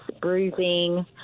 bruising